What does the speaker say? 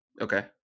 okay